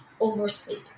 oversleep